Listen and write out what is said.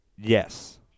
Yes